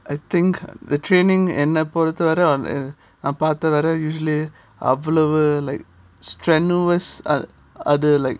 I think the training and என்ன பொறுத்த வர நான் பார்த்த வர:enna poruthavara nan partha vara usually available like strenuous or other like